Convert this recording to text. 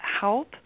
help